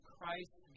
Christ